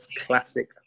classic